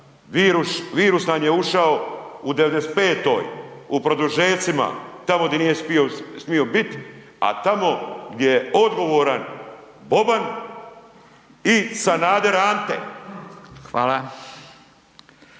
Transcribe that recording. virus nam je ušao u '95., u produžecima, tamo gdje nije smio bit a tamo gdje je odgovoran Boban i Sanader Ante.